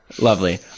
Lovely